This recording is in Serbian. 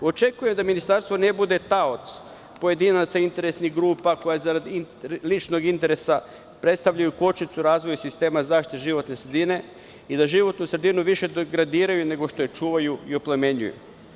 Očekujem da ministarstvo ne bude taoc pojedinaca, interesnih grupa koje zarad ličnog interesa predstavljaju kočnicu razvoja sistema zaštite životne sredine i da životnu sredinu više degradiraju nego što je čuvaju i oplemenjuju.